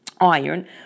iron